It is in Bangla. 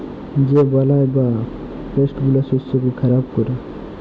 যে বালাই বা পেস্ট গুলা শস্যকে খারাপ ক্যরে